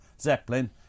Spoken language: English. Zeppelin